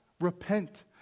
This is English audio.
repent